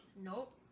Nope